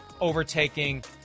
overtaking